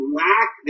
lack